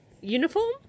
uniform